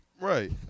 Right